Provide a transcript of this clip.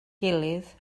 gilydd